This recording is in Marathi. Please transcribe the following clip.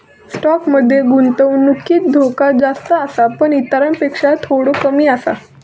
स्टॉक मध्ये गुंतवणुकीत धोको जास्त आसा पण इतरांपेक्षा थोडो कमी आसा